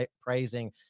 praising